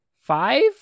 five